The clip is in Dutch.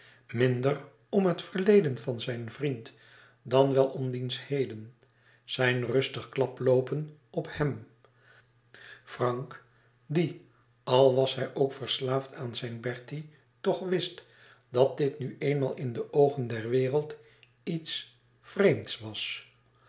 minder om het verleden van zijn vriend dan wel om diens heden zijn rustig klaploopen op hem frank die al was hij ook verslaafd aan zijn bertie toch wist dat dit nu eenmaal in de oogen der wereld iets vreemds was